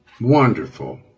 Wonderful